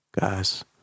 Guys